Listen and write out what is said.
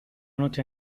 noche